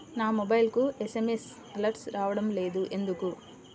నా మొబైల్కు SMS alerts రావడం లేదు ఎందుకు?